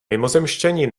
mimozemšťani